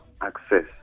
access